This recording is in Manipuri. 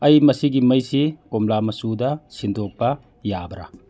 ꯑꯩ ꯃꯁꯤꯒꯤ ꯃꯩꯁꯤ ꯀꯣꯝꯂꯥ ꯃꯆꯨꯗ ꯁꯤꯟꯗꯣꯛꯄ ꯌꯥꯕ꯭ꯔꯥ